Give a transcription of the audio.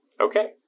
okay